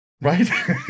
right